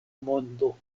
mondo